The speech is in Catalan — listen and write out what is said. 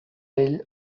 ell